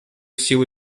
силы